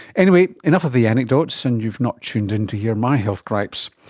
anyway, enough of the anecdotes, and you've not tuned in to hear my health gripes.